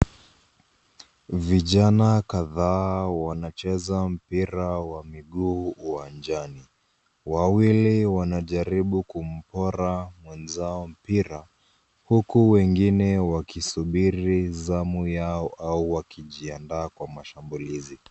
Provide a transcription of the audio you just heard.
Vijana kadhaa wanacheza mpira wa miguu uwanjani. Wawili wanajaribu kumpora mwenzao mpira huku wengine wakisubiri zamu yao au wakijiandaa kwa mashambulizi.